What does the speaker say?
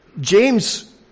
James